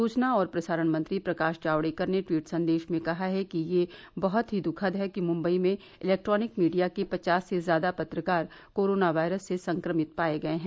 सुचना और प्रसारण मंत्री प्रकाश जावेडकर ने ट्वीट संदेश में कहा है कि ये बहत ही दखद है कि मुंबई में इलेक्ट्रॉनिक मीडिया के पचास से ज्यादा पत्रकार कोरोना वायरस से संक्रमित पाये गये हैं